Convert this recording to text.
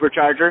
supercharger